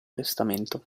testamento